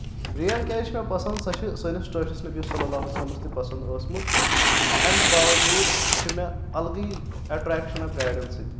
بریر کیٛازِ چھِ مےٚ پسنٛد سۄ چھِ سٲنِس ٹٲٹھِس نبی یس صلی اللہ علیہ وسلمس تہِ پسنٛد ٲسمٕژ اَمہِ باؤجوٗد چھِ مےٚ الگٕے اٹریکشنا برارٮ۪ن سۭتۍ